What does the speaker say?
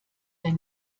der